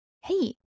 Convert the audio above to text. Hey